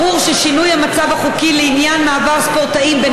ברור ששינוי המצב החוקי לעניין מעבר ספורטאים בין